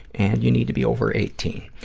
and you need to be over eighteen.